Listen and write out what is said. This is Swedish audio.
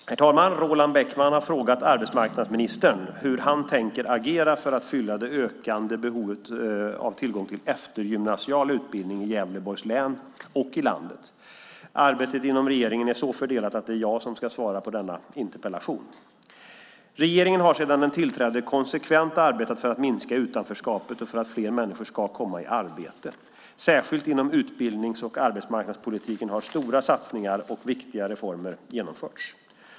Herr talman! Roland Bäckman har frågat arbetsmarknadsministern hur han tänker agera för att fylla det ökande behovet av tillgång till eftergymnasial utbildning i Gävleborgs län och i landet. Arbetet inom regeringen är så fördelat att det är jag som ska svara på denna interpellation. Regeringen har sedan den tillträdde konsekvent arbetat för att minska utanförskapet och för att fler människor ska komma i arbete. Särskilt inom utbildnings och arbetsmarknadspolitiken har stora satsningar och viktiga reformer genomförts.